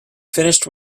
finished